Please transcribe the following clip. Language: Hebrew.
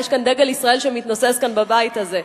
דגל ישראל מתנוסס כאן בבית הזה,